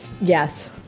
Yes